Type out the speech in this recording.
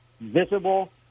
visible